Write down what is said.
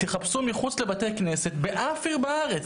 תחפשו מחוץ לבתי כנסת באף עיר בארץ.